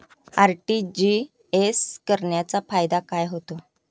RTGS करण्याचा फायदा काय होतो?